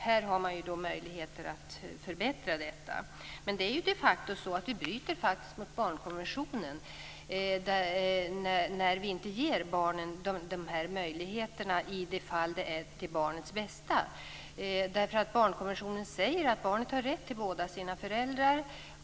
Här har man möjligheter att förbättra detta. Vi bryter faktiskt mot barnkonventionen när vi inte ger barnen dessa möjligheter i de fall det är till barnens bästa. Barnkonventionen säger att barnet har rätt till båda sina föräldrar.